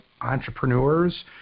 entrepreneurs